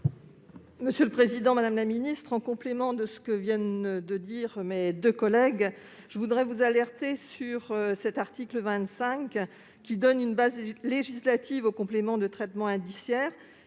Monsieur le président, madame la ministre, pour faire suite aux interventions de mes deux collègues, je voudrais vous alerter sur cet article 25, qui donne une base législative aux compléments de traitement indiciaire.